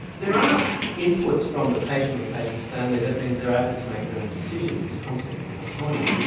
there are inputs from the patient or the patient's family that means they're able to make their own decisions, this concept of autonomy.